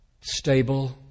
stable